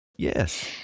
Yes